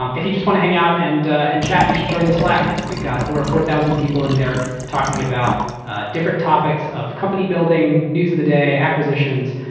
um if you just want to hang out and ah and chat, you should join the slack. we've got over four thousand people in there talking about different topics of company building, news of the day, acquisitions,